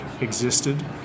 existed